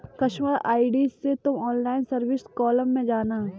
customer ID से तुम online service column में जाना